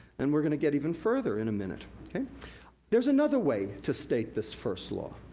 and we're gonna get even further in a minute. there's another way to state this first law.